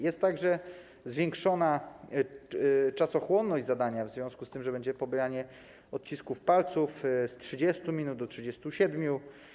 Jest także zwiększona czasochłonność zadania w związku z tym, że będzie pobieranie odcisków palców - z 30 minut do 37.